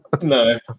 no